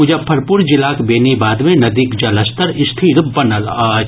मुजफ्फरपुर जिलाक बेनीबाद मे नदीक जलस्तर स्थिर बनल अछि